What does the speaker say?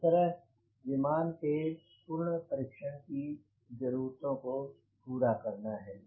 इस तरह विमान के पूर्ण परीक्षण की ज़रूरतों को पूरा करना है